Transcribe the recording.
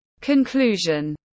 Conclusion